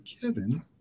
Kevin